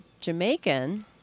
Jamaican